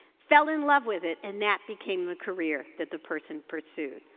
fell in love with it, and that became the career that the person pursued.